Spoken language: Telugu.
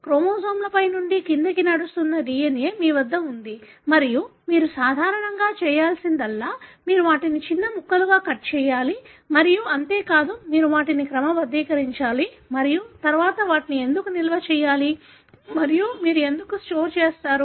క్రోమోజోమ్లో పై నుండి క్రిందికి నడుస్తున్న DNA మీ వద్ద ఉంది మరియు మీరు సాధారణంగా చేయాల్సిందల్లా మీరు వాటిని చిన్న ముక్కలుగా కట్ చేయాలి మరియు అంతే కాదు మీరు వాటిని క్రమబద్ధీకరించాలి మరియు తర్వాత వాటిని ఎందుకు నిల్వ చేయాలి మరియు మీరు ఎందుకు స్టోర్ చేస్తారు